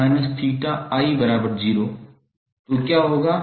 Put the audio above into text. तो क्या होगा